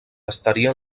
estaria